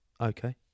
Okay